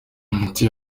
imiti